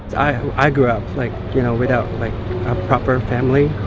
i grew up like you know without like a proper family.